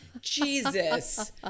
Jesus